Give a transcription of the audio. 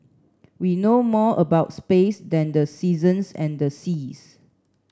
we know more about space than the seasons and the seas